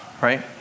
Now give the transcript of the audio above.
right